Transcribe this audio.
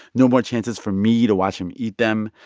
no more chances for me to watch him eat them?